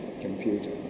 computer